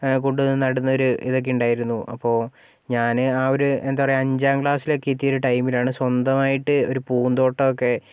കൊണ്ടു വന്ന് നടുന്ന ഒരു ഇതൊക്കെ ഉണ്ടായിരുന്നു അപ്പോൾ ഞാന് ആ ഒരു എന്താ പറയുക അഞ്ചാം ക്ലാസ്സിലൊക്കെ എത്തിയ ടൈമിലാണ് സ്വന്തമായിട്ട് ഒരു പൂന്തോട്ടം ഒക്കെ